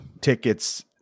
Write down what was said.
tickets